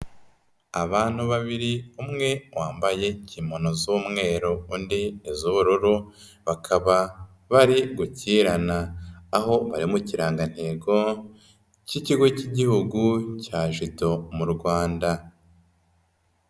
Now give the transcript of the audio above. Abantu babiri umwe wambaye kimono z'umweru undi iz'ubururu, bakaba bari gukirana aho bari mu kirangantego cy'ikigo cy'Igihugu cya Judo mu Rwanda.